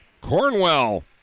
Cornwell